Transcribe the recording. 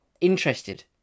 interested